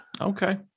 Okay